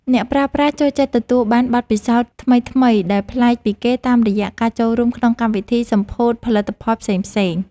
អ្នកប្រើប្រាស់ចូលចិត្តទទួលបានបទពិសោធន៍ថ្មីៗដែលប្លែកពីគេតាមរយៈការចូលរួមក្នុងកម្មវិធីសម្ពោធផលិតផលផ្សេងៗ។